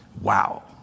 Wow